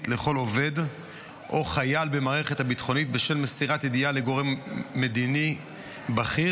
לכל עובד או חייל במערכת הביטחון בשל מסירת ידיעה לגורם מדיני בכיר,